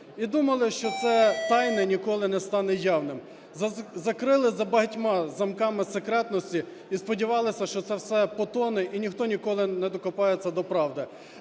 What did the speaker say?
І думали, що це тайне ніколи не стане явним. Закрили за багатьма замками секретності і сподівалися, що це все потоне і ніхто ніколи не докопається до правди.